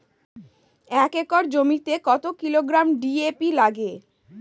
এক একর জমিতে কত কিলোগ্রাম ডি.এ.পি লাগে?